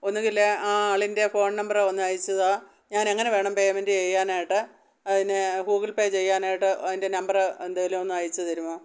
ഒന്നെങ്കിൽ ആ ആളിൻ്റെ ഫോൺ നമ്പറ് ഒന്ന് അയച്ച് താ ഞാൻ എങ്ങനെ വേണം പേയ്മെൻ്റ് ചെയ്യാനായിട്ട് അതിന് ഗൂഗിൾ പേ ചെയ്യാനായിട്ട് അതിൻ്റെ നമ്പറ് എന്തേലും ഒന്ന് അയച്ച് തരുമോ